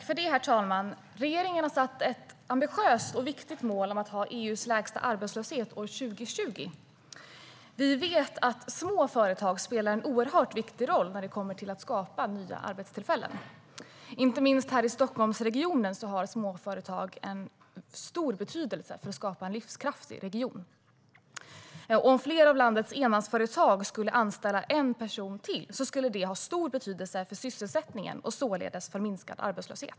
Herr talman! Regeringen har satt ett ambitiöst och viktigt mål: att ha EU:s lägsta arbetslöshet år 2020. Vi vet att små företag spelar en oerhört viktig roll när det handlar om att skapa nya arbetstillfällen. Inte minst här i Stockholmsregionen har småföretag stor betydelse för att skapa en livskraftig region. Om fler av landets enmansföretag skulle anställa en person till skulle det ha stor betydelse för sysselsättningen och således för minskad arbetslöshet.